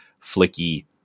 flicky